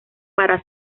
para